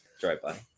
Drive-by